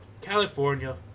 California